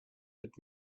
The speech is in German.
wird